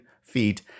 feet